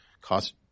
cost